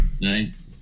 Nice